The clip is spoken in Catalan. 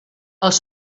els